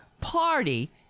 party